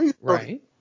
right